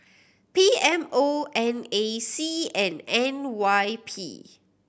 P M O N A C and N Y P